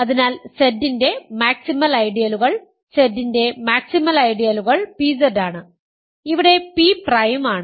അതിനാൽ Z ന്റെ maximal ഐഡിയലുകൾ Z ന്റെ മാക്സിമൽ ഐഡിയലുകൾ pZ ആണ് ഇവിടെ p പ്രൈം ആണ്